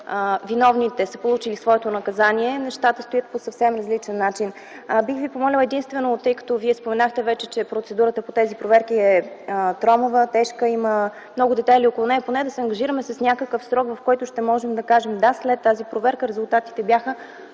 виновните са получили своето наказание, нещата стоят по съвсем различен начин. Бих Ви помолила единствено, тъй като споменахте вече, че процедурата по тези проверки е тромава, тежка, има много детайли около нея, поне да се ангажираме с някакъв срок, в който ще можем да кажем: да, след тази проверка резултатите бяха